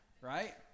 right